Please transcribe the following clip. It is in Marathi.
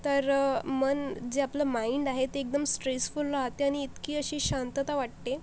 तर मन जे आपलं माईंड आहे ते एकदम स्ट्रेसफुल राहते आणि इतकी अशी शांतता वाटते